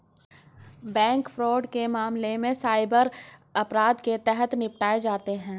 bank fraud के मामले cyber अपराध के तहत निपटाए जाते हैं